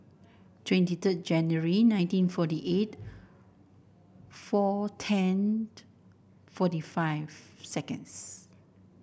twenty third January nineteen forty eight four tenth forty five seconds